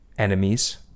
Enemies